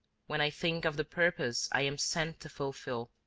when i think of the purpose i am sent to fulfil,